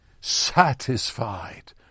satisfied